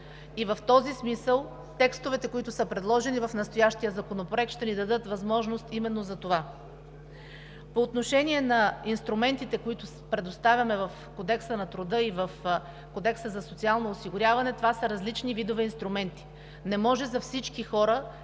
В този смисъл текстовете, които са предложени в настоящия законопроект, ще ни дадат възможност именно за това. По отношение на инструментите, които предоставяме в Кодекса на труда и в Кодекса за социално осигуряване, това са различни видове инструменти. Не може за всички хора,